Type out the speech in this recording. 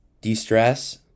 de-stress